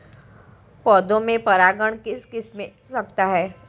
पौधों में परागण किस किससे हो सकता है?